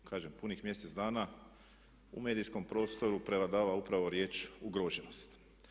Zaista kažem punih mjesec dana u medijskom prostoru prevladava upravo riječ ugroženost.